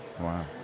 Wow